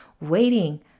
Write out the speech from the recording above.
waiting